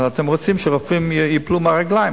אז אתם רוצים שרופאים ייפלו מהרגליים?